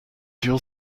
you’re